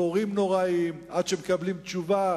תורים נוראיים עד שמקבלים תשובה,